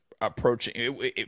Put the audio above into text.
approaching